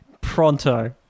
Pronto